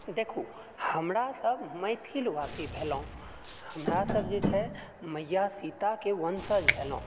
देखु हमरासभ मैथिल भाषी भेलहुँ हमरासभ जे छै मइया सीताके वंशज भेलहुँ